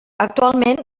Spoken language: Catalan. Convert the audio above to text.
actualment